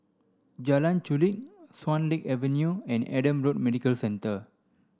Jalan Chulek Swan Lake Avenue and Adam Road Medical Centre